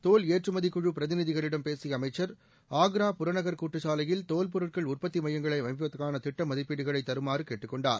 தோல் ஏற்றுமதி குழு பிரதிநிதிகளிடம் பேசிய அமைச்சர் ஆன்ரா புற நகர் கூட்டுச் சாலையில் தோல் பொருட்கள் உற்பத்தி மையங்களை அமைப்பதற்கான திட்ட மதிப்பீடுகளை தருமாறு கேட்டுக் கொண்டார்